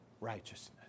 righteousness